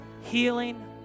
healing